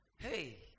Hey